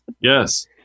Yes